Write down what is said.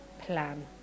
plan